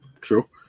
True